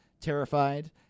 terrified